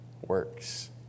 works